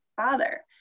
father